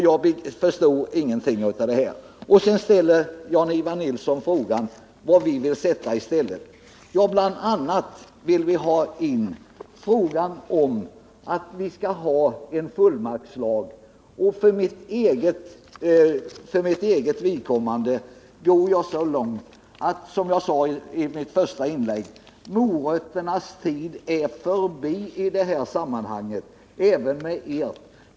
Jag förstår ingenting av det resonemanget. Sedan frågar Jan-Ivan Nilsson vad vi vill ha i stället. Vi vill bl.a. ta upp frågan om en fullmaktslag. För mitt eget vidkommande går jag så långt som att hävda — som jag sade i mitt första inlägg — att morötternas tid är förbi i detta sammanhang.